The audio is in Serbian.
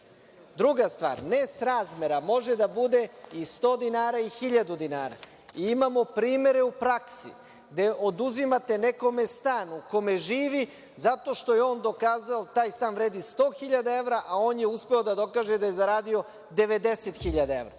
stvar, nesrazmera može biti i 100 dinara i 1.000 dinara. Imamo primere u praksi, gde oduzimate nekome stan u kome živi zato što taj stan vredi 100.000 evra, on je dokazao da je zaradio 90.000 evra.